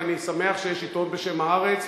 ואני שמח שיש עיתון בשם "הארץ".